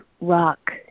rock